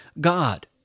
God